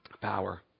power